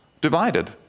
divided